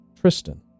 Tristan